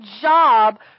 job